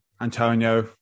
Antonio